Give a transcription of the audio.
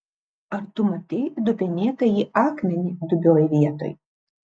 ar tu matei dubenėtąjį akmenį dubioj vietoj